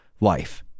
life